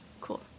Cool